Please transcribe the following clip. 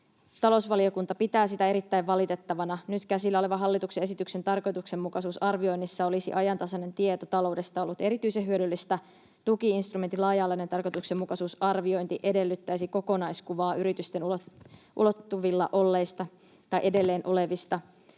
Talousvaliokunta pitää sitä erittäin valitettavana. Nyt käsillä olevan hallituksen esityksen tarkoituksenmukaisuusarvioinnissa olisi ajantasainen tieto taloudesta ollut erityisen hyödyllistä. Tuki-instrumentin laaja-alainen tarkoituksenmukaisuusarviointi edellyttäisi kokonaiskuvaa yritysten ulottuvilla olleista tai edelleen olevista